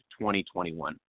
2021